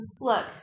Look